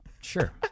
Sure